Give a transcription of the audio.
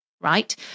Right